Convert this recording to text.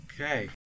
Okay